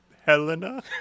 Helena